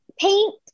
paint